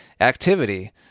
activity